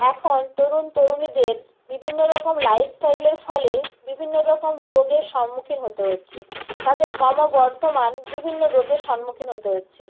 এখন তরুণ তরুণীদের বিভিন্ন রকম লাইস্টাইলের ফলে বিভিন্ন রকম রোগের সম্মুখীন হতে হচ্ছে তাদের ক্রমবর্ধমান বিভিন্ন রোগের সন্মুখীন হতে হচ্ছে